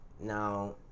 Now